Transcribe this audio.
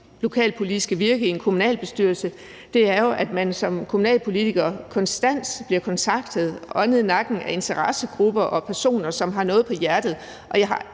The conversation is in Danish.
lokalpolitiske virke i en kommunalbestyrelse – er jo, at man som kommunalpolitiker konstant bliver kontaktet, åndet i nakken, af interessegrupper og personer, som har noget på hjerte.